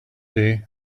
day